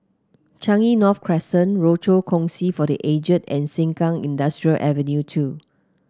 Changi North Crescent Rochor Kongsi for The Aged and Sengkang Industrial Avenue two